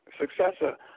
successor